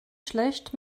schlecht